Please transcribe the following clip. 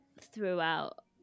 throughout